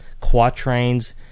quatrains